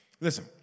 listen